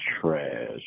trash